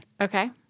Okay